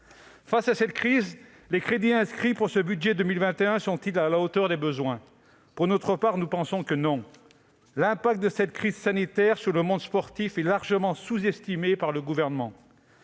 Face à cette crise, les crédits inscrits dans le budget pour 2021 sont-ils à la hauteur des besoins ? Pour notre part, nous pensons que non. L'impact de cette crise sanitaire sur le monde sportif est largement sous-estimé par le Gouvernement.